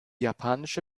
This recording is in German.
japanische